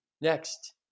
Next